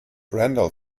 randall